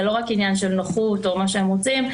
זה לא רק עניין של נוחות או מה שהם רוצים,